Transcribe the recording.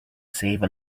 save